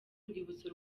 urwibutso